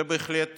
זה בהחלט